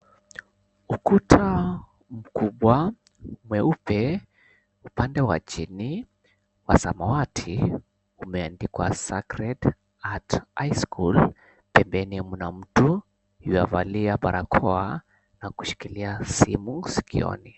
Ukuta mkubwa mweupe upande wa chini wa samawati umeandikwa sacred heart high school. Pembeni mna mtu ywavalia barakoa na kushikilia simu sikioni.